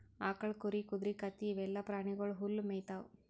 ಆಕಳ್, ಕುರಿ, ಕುದರಿ, ಕತ್ತಿ ಇವೆಲ್ಲಾ ಪ್ರಾಣಿಗೊಳ್ ಹುಲ್ಲ್ ಮೇಯ್ತಾವ್